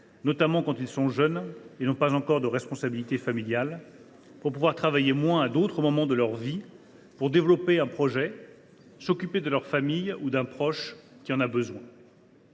notamment quand ils sont jeunes et n’ont pas encore de responsabilités familiales, pour pouvoir travailler moins à d’autres moments de leur vie, afin, par exemple, de développer un projet ou de s’occuper de leur famille ou d’un proche qui en a besoin.